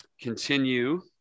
continue